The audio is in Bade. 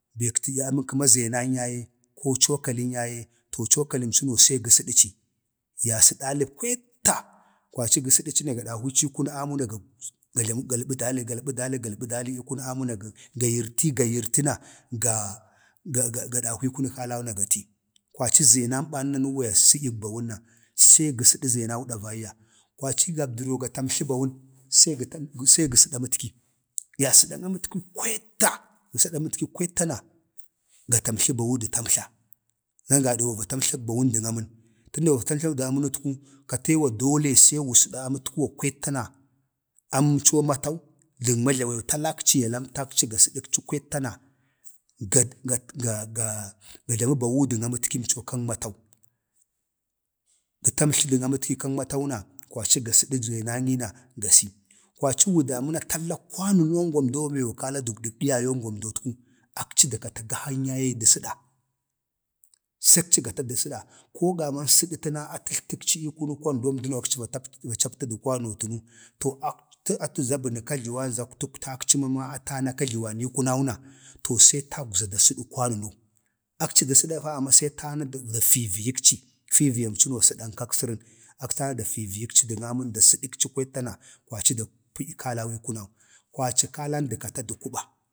﻿beg tədyi amənəm, kəma zenan yaye ko cokalin ya ye to cokalin chəno se ga sədaci, ya sədəli kweetta, kwaci gə səda ci na ga dahwəci ii kunən amuu na ga galbadali gal bə dali galbədali ii kunək amə na ga ga yirti ga yirti na ga ga dahwii kunə kalau na ga ti. kwaci zənanba nanuwa ya sadyək bawunna se ga səsa zenau davaiyya kwaci gabdaro ga tambli bawun se se gə sədə amət ki ya sədən amətki kweetta ga səda əmətki kweetta na ga tamtli bawu də tamtla dən gada wa va tamtlag bawun dən amən, tənda wa va tamtla dən amənt-ku katee wa dole se wu sada amatkuwa kwetta na duwo na, aməmco kan matau dən majlawew talkci ya lamtakci ga sədəkci kwetta na ga ga ga ga jləmə bawu dən amətkim coo kən matau. gə tamtla dən amtki kan, matau na, kwaci ga səda zənanyi na gasi. kwaci wu damana talla kwanənou, wamdoo be wa kala dək diyayngwam dotku akci da kati gahan yaye dakati də səda na səkci kati də səda koo gaman ii tana atəjlakci ii kunən roban be akci va captachi kwanowa tanu to a atəza bənə kajluwan z atəktakci mama anak kajluwan ii kunau na, to see atəgwza da səda kwanənow. akci də sədafa amma sə atəgwza da sədəkci na da fi vi yikci fiviyamcəno kan masərəh akci aya da fiviyikci d n amən kwetta na kwaci da pə kalau ii kunau, kwaci kalan də kata də kuba,